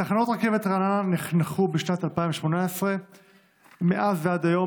תחנות רכבת רעננה נחנכו בשנת 2018. מאז ועד היום